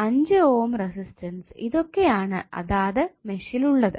5 ohm resistance ഇതൊക്കെ ആണ് അതാത് മെഷിൽ ഉള്ളത്